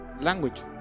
language